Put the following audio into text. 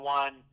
one